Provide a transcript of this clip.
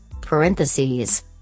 Parentheses